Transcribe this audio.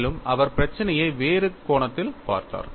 மேலும் அவர் பிரச்சினையை வேறு கோணத்தில் பார்த்தார்